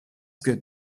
good